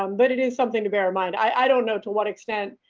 um but it is something to bear in mind. i don't know to what extent.